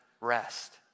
rest